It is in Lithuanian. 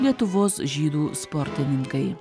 lietuvos žydų sportininkai